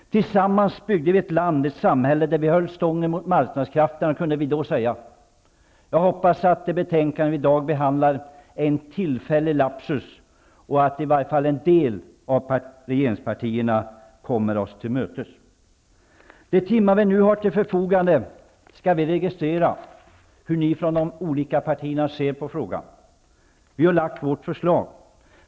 Tillsammans byggde vi ett land, ett samhälle, där vi höll marknadskrafterna stången, kunde vi då säga. Jag hoppas att det betänkande som vi i dag behandlar är en tillfällig lapsus och att i varje fall en del av regeringspartierna kommer oss till mötes. Under de timmar vi nu har till förfogande skall vi registrera hur ni från de olika partierna ser på de här frågorna. Vi har lagt fram vårt förslag.